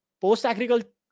Post-agricultural